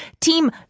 Team